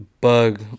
bug